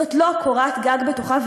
זאת לא קורת גג בטוחה,